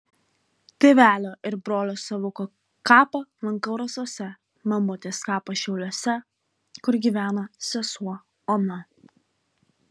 tėvelio ir brolio savuko kapą lankau rasose mamutės kapą šiauliuose kur gyvena sesuo ona